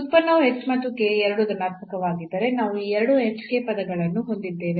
ಈ ಉತ್ಪನ್ನವು h ಮತ್ತು k ಎರಡೂ ಧನಾತ್ಮಕವಾಗಿದ್ದರೆ ನಾವು ಈ ಎರಡು hk ಪದಗಳನ್ನು ಹೊಂದಿದ್ದೇವೆ